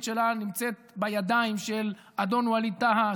שלה נמצאת בידיים של אדון ווליד טאהא,